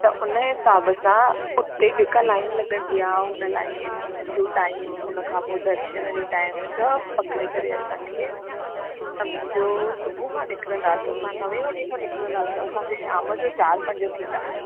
त हुन जे हिसाब सां उते जेका लाइन लॻंदी आहे हुन लाइन जो टाइम उन खां पोइ दर्शन जो टाइम सभु पकड़े करे असांखे सम्झो सुबुह खां निकिरंदासीं असां नवें वजे खां निकिरंदासीं त असांखे शाम जो चारि पंज थींदा